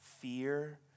Fear